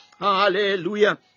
Hallelujah